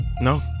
no